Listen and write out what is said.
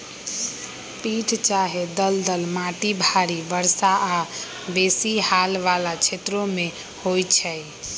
पीट चाहे दलदल माटि भारी वर्षा आऽ बेशी हाल वला क्षेत्रों में होइ छै